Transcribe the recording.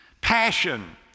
passion